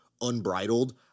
unbridled